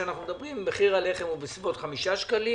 מחיר הלחם הוא בסביבות 5 שקלים